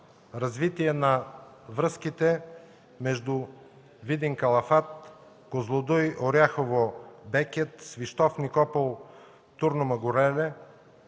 развитие на връзките между Видин–Калафат, Козлодуй–Оряхово–Бекет, Свищов–Никопол–Турну Мъгуреле,